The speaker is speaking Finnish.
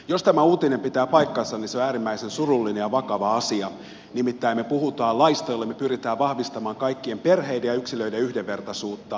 jos tämä uutinen pitää paikkansa niin se on äärimmäisen surullinen ja vakava asia nimittäin me puhumme laista jolla me pyrimme vahvistamaan kaikkien perheiden ja yksilöiden yhdenvertaisuutta